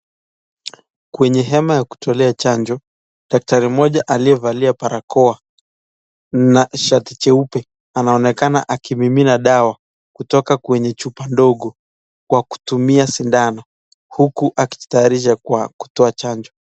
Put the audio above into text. Kwenye hema ya kutolea chanjo, daktari mmoja aliyevaa barakoa na shati cheupe anaonekana akimimina dawa kutoka kwenye chupa ndogo kwa kutumia sindano huku akijitayarisha kwa kutoa chanjo.